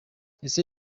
ese